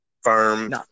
firm